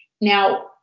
Now